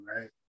right